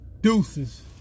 Deuces